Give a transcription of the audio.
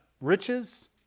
riches